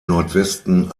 nordwesten